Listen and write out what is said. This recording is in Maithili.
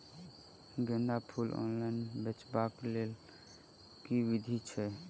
गेंदा फूल ऑनलाइन बेचबाक केँ लेल केँ विधि छैय?